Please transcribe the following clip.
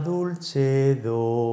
Dulcedo